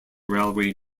railway